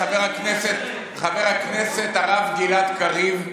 חבר הכנסת הרב גלעד קריב,